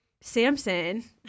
Samson